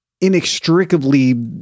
inextricably